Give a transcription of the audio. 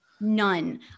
none